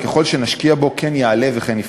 וככל שנשקיע בו כן יעלה וכן יפרוץ.